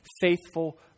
faithful